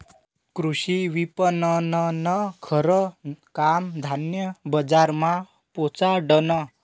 कृषी विपणननं खरं काम धान्य बजारमा पोचाडनं